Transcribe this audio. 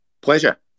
Pleasure